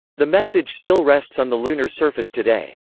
the message still rests on the lunar surface today.